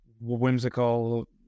whimsical